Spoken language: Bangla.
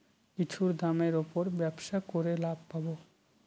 কিছুর দামের উপর ব্যবসা করে লাভ পাবো